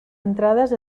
entrades